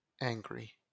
angry